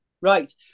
Right